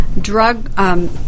drug